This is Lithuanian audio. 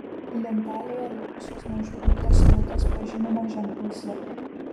lentelėje likusios neužpildytos eilutės pažymimos ženklu z